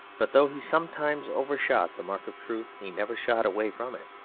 but though he sometimes overshot the mark of truth, he never shot away from it,